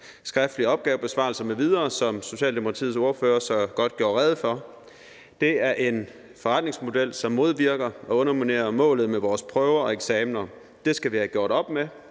skriftlige opgavebesvarelser m.v., som Socialdemokratiets ordfører så godt gjorde rede for. Det er en forretningsmodel, som modvirker og underminerer målet med vores prøver og eksamener. Det skal vi have gjort op med.